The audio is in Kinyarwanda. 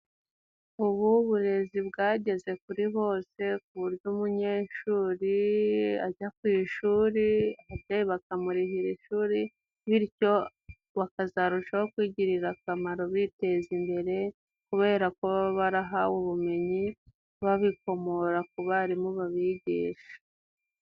Ubu uburezi bwageze kuri bose, ku buryo umunyeshuri ajya ku ishuri, ababyeyi bakamurihira ishuri, bityo bakazarushaho kwigirira akamaro biteza imbere, kubera ko baba barahawe ubumenyi babikomora ku barimu babigisha.